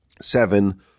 seven